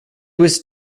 was